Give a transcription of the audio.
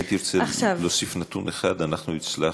הייתי רוצה להוסיף נתון אחד: אנחנו הצלחנו,